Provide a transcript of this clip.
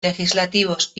legislativos